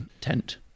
tent